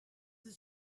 the